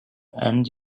and